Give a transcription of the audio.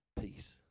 peace